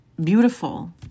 beautiful